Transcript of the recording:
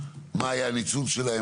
מה היה הניצול שלהם,